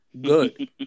good